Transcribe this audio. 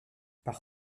par